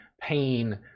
pain